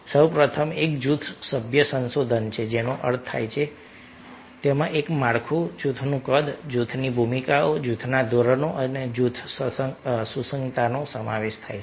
સૌપ્રથમ એક જૂથ સભ્ય સંસાધનો છે જેનો અર્થ થાય છે તેમાં એક માળખું જૂથનું કદ જૂથ ભૂમિકાઓ જૂથના ધોરણો અને જૂથ સુસંગતતાનો સમાવેશ થાય છે